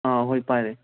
ꯑꯥ ꯍꯣꯏ ꯄꯥꯏꯔꯦ